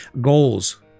Goals